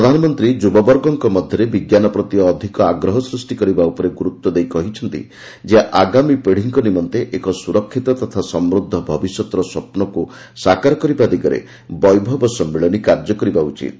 ପ୍ରଧାନମନ୍ତ୍ରୀ ଯୁବବର୍ଗଙ୍କ ମଧ୍ୟରେ ବିଜ୍ଞାନ ପ୍ରତି ଅଧିକ ଆଗ୍ରହ ସୃଷ୍ଟି କରିବା ଉପରେ ଗୁରୁତ୍ୱ ଦେଇ କହିଛନ୍ତି ଯେ ଆଗାମୀ ପିଢ଼ୀଙ୍କ ନିମନ୍ତେ ଏକ ସୁରକ୍ଷିତ ତଥା ସମୃଦ୍ଧ ଭବିଷ୍ୟତର ସ୍ୱପ୍ନକୁ ସାକାର କରିବା ଦିଗରେ ବୈଭବ ସମ୍ମିଳନୀ କାର୍ଯ୍ୟ କରିବା ଉଚିତ୍